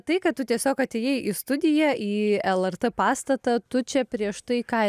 tai kad tu tiesiog atėjai į studiją į lrt pastatą tu čia prieš tai ką